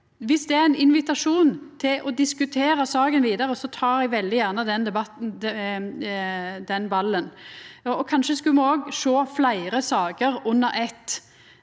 Viss det er ein invitasjon til å diskutera saka vidare, så tek eg veldig gjerne den ballen. Kanskje skulle me òg sjå fleire saker under eitt,